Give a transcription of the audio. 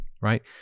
right